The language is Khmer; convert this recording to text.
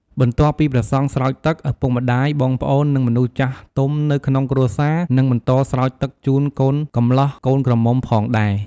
បន្ទាប់ពីព្រះសង្ឃស្រោចទឹក ឪពុកម្តាយ បងប្អូន និងមនុស្សចាស់ទុំនៅក្នុងគ្រួសារ នឹងបន្តស្រោចទឹកជូនកូនកំលោះកូនក្រមុំផងដែរ។